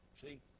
See